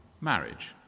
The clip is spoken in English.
Marriage